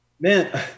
Man